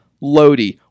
Lodi